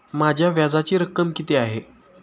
माझ्या व्याजाची रक्कम किती आहे?